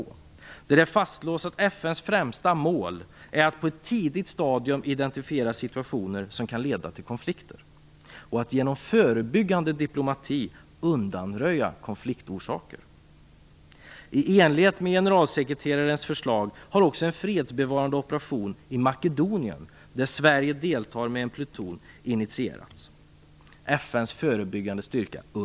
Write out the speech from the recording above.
I rapporten fastslås att FN:s främsta mål är att på ett tidigt stadium identifiera situationer som kan leda till konflikter och att genom förebyggande diplomati undanröja konfliktorsaker. I enlighet med generalsekreterarens förslag har också en fredsbevarande operation initierats i Makedonien, nämligen FN:s förebyggande styrka Unpredep. Sverige deltar där med en pluton.